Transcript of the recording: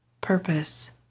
purpose